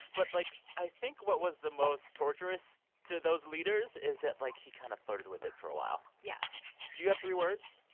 but, like, i think what was the most torturous to those leaders is that, like, he kind of flirted with it for a while yes do you have three words?